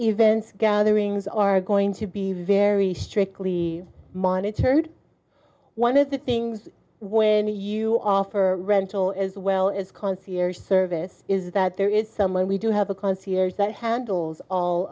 events gatherings are going to be very strictly monitored one of the things where you offer rental as well as concierge service is that there is someone we do have a concierge that handles all